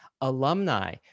alumni